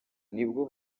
nibwo